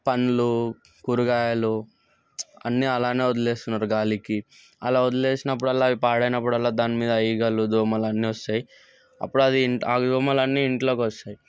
పండ్లు కూరగాయలు అన్నీ అలానే వదిలేస్తున్నారు గాలికి అలా వదిలేసినప్పుడల్లా అవి పాడైనప్పుడల్లా దానిమీద ఈగలు దోమలు అన్నీ వస్తాయి అప్పుడు అది ఆ దోమలన్ని ఇంట్లోకొస్తాయి